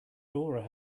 dora